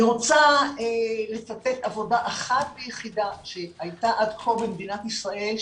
אני רוצה לצטט עבודה אחת ויחידה שהייתה עד כה במדינת ישראל,